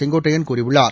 செங்கோட்டையன் கூறியுள்ளார்